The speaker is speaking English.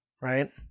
right